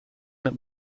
that